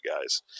guys